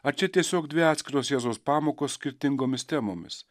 ar čia tiesiog dvi atskiros jėzaus pamokos skirtingomis temomis